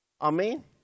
Amen